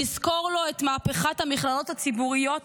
נזכור לו את מהפכת המכללות הציבוריות